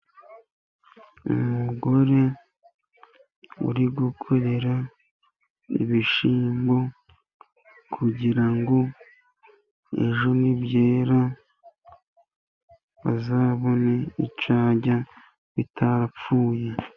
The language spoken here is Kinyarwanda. Umugore uri gukorera ibishyimbo kugira ngo ejo nibyera, azabone icyo arya bitarapfuye.